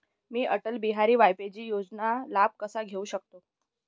मी अटल बिहारी वाजपेयी योजनेचा लाभ कसा घेऊ शकते?